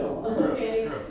Okay